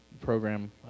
program